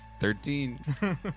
Thirteen